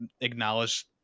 acknowledge